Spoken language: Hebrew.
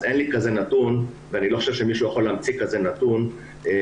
אין לי כזה נתון ואני לא חושב שמישהו יכול להמציא כזה נתון ב"שוט",